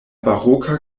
baroka